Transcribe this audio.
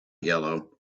yellow